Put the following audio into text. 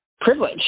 privilege